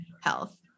health